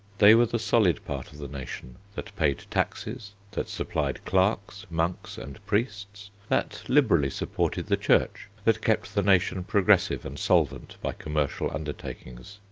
they were the solid part of the nation, that paid taxes, that supplied clerks, monks, and priests, that liberally supported the church, that kept the nation progressive and solvent by commercial undertakings.